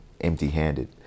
empty-handed